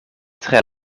tre